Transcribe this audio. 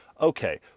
okay